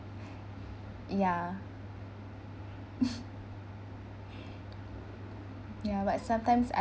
ya ya but sometimes I